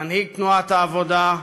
מנהיג תנועת העבודה,